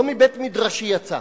לא מבית-מדרשי יצא.